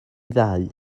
ddau